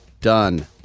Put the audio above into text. done